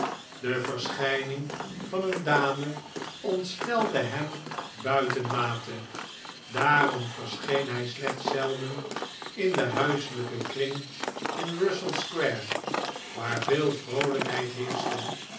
de verschijning van een dame ontstelde hem buitenmate daarom verscheen hij slechts zelden in den huiselijken kring in russell square waar veel vroolijkheid